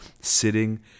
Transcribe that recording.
sitting